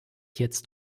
jetzt